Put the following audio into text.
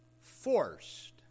forced